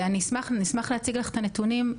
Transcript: נשמח להציג לך את הנתונים.